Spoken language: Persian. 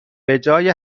بجای